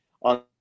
on